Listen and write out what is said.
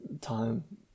time